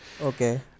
Okay